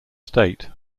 state